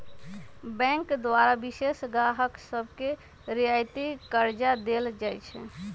bank द्वारा विशेष गाहक सभके रियायती करजा देल जाइ छइ